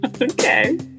Okay